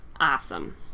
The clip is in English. Awesome